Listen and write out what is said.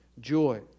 Joy